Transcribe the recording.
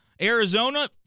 Arizona